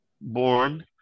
born